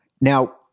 Now